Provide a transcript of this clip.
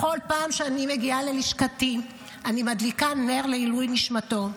בכל פעם שאני מגיעה ללשכתי אני מדליקה נר לעילוי נשמתו.